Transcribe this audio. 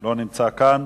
לא נמצא כאן.